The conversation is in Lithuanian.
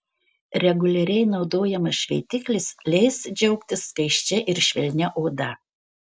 reguliariai naudojamas šveitiklis leis džiaugtis skaisčia ir švelnia oda